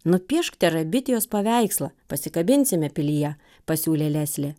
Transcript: nupiešk terabitijos paveikslą pasikabinsime pilyje pasiūlė leslė